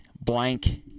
blank